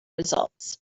results